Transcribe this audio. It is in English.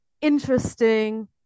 interesting